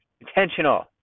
intentional